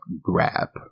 grab